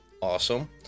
awesome